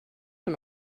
för